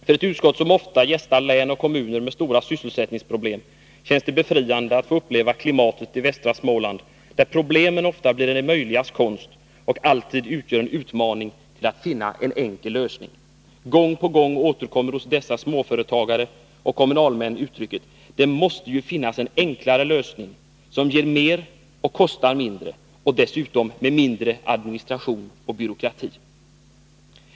För ett utskott som ofta gästar län och kommuner med stora sysselsättningsproblem känns det befriande att få uppleva klimatet i västra Småland, där problemen ofta blir det möjligas konst och alltid utgör en utmaning till att finna en enkel lösning. Gång på gång återkommer hos dessa småföretagare och kommunalmän uttrycket ”Det måste ju finnas en enklare lösning, som ger mer och kostar mindre — dessutom med mindre administration och byråkrati”.